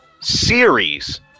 series